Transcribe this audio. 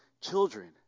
children